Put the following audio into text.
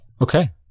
Okay